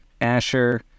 Asher